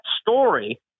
story